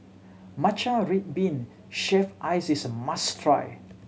matcha red bean shaved ice is a must try